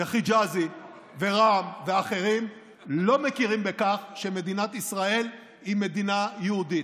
וחיג'אזי ורע"מ ואחרים לא מכירים בכך שמדינת ישראל היא מדינה יהודית.